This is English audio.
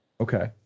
Okay